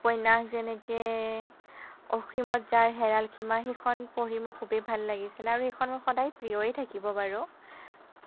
উপন্যাস যেনেকে অসীমত যাৰ হেৰাল সীমা সেইখন পঢ়ি মোৰ খুবেই ভাল লাগিছিলে আৰু সেইখন সদায় প্ৰিয়ই থাকিব বাৰু